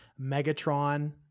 Megatron